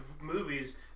movies